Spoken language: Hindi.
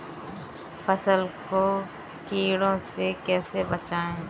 फसल को कीड़ों से कैसे बचाएँ?